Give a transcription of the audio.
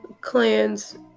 clan's